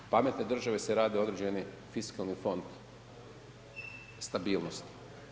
Pametne države si rade određeni fiskalni fond, stabilnost.